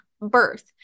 birth